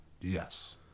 Yes